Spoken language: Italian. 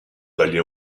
dagli